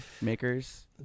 makers